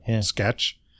sketch